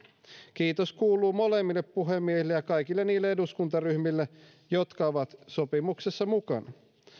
kiitos kuuluu molemmille puhemiehille ja kaikille niille eduskuntaryhmille jotka ovat sopimuksessa mukana